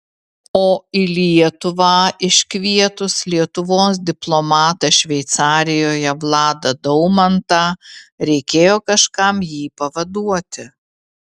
o į lietuvą iškvietus lietuvos diplomatą šveicarijoje vladą daumantą reikėjo kažkam jį pavaduoti